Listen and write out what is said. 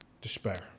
despair